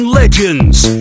legends